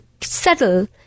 settle